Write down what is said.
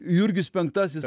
jurgis penktasis